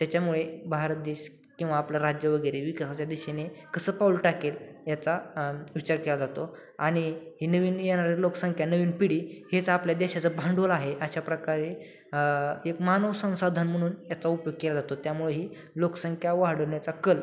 त्याच्यामुळे भारत देश किंवा आपलं राज्य वगैरे विकासच्या दिशेने कसं पाऊल टाकेल याचा विचार केला जातो आणि ही नवीन येणारे लोकसंख्य नवीन पिढी हेच आपल्या देशाचं भांडवल आहे अशा प्रकारे एक मानव संसाधन म्हणून याचा उपयोग केला जातो त्यामुळे ही लोकसंख्य वाढवण्याचा कल